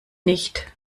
nicht